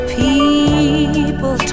people